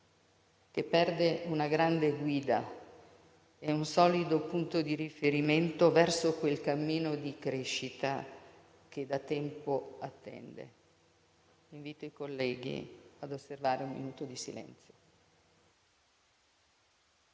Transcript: che perde una grande guida e un solido punto di riferimento verso quel cammino di crescita che da tempo attende. Invito i colleghi ad osservare un minuto di silenzio.